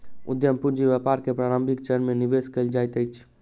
उद्यम पूंजी व्यापार के प्रारंभिक चरण में निवेश कयल जाइत अछि